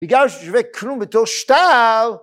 ‫בגלל שהוא שווה כלום בתור שטר